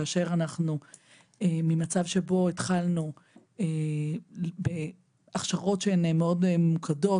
כאשר אנחנו ממצב שבו התחלנו בהכשרות שהן מאוד ממוקדות,